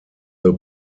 the